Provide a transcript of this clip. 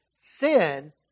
Sin